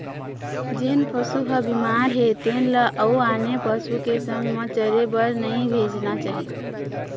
जेन पशु ह बिमार हे तेन ल अउ आने पशु के संग म चरे बर नइ भेजना चाही